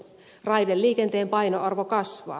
raideliikenteen painoarvo kasvaa